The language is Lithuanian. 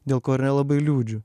dėl ko ir nelabai liūdžiu